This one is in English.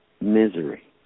misery